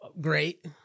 great